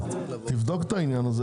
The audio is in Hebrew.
תבדוק את הנושא הזה,